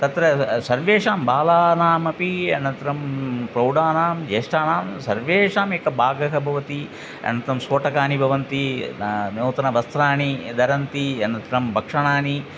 तत्र सर्वेषां बालानामपि अनन्तरं प्रौढानां ज्येष्ठानां सर्वेषाम् एकभागः भवति अनन्तरं स्फोटकानि भवन्ति न नूतनवस्त्राणि धरन्ति अनन्तरं भक्षणानि